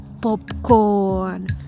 popcorn